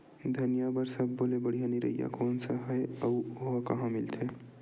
धनिया बर सब्बो ले बढ़िया निरैया कोन सा हे आऊ ओहा कहां मिलथे?